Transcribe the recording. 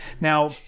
Now